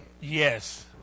Yes